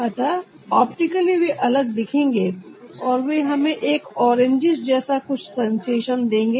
अतः ऑप्टिकली वे अलग दिखेंगे और वे हमें एक ऑरांजिश जैसा कुछ सेंसेशन देंगे